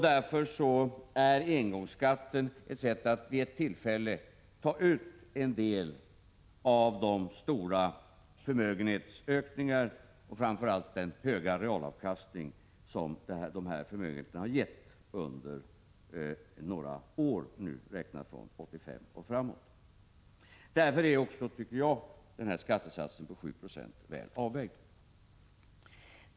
Därför är engångsskatten ett sätt att vid ett tillfälle ta ut en del av de stora förmögenhetsökningar och framför allt den höga realavkastning som dessa förmögenheter har gett under några år, räknat från 1985 och framåt. Skattesatsen på 7 20 är därför väl avvägd.